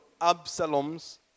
Absalom's